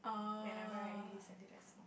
whenever I listen to that song